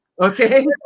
Okay